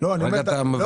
למה אתה מבטל את זה?